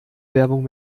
werbung